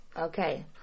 Okay